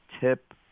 tip